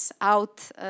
out